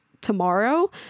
tomorrow